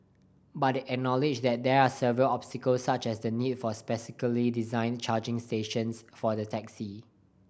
but they acknowledged that there are several obstacles such as the need for specially designed charging stations for the taxi